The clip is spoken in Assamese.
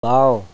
বাওঁ